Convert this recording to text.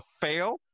fail